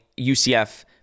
UCF